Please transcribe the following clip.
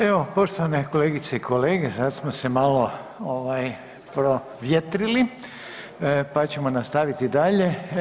Evo poštovane kolegice i kolege, sad smo se malo ovaj provjetrili, pa ćemo nastaviti dalje.